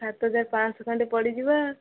ସାତ ହଜାର ପାଁ'ଶହ ଖଣ୍ଡେ ପଡ଼ିଯିବା